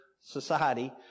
society